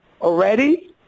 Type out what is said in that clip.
already